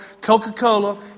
Coca-Cola